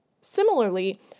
Similarly